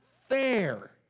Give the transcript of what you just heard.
fair